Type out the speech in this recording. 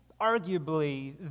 arguably